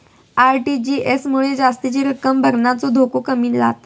RTGS मुळे जास्तीची रक्कम भरतानाचो धोको कमी जाता